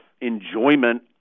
enjoyment